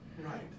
right